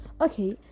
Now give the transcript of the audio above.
okay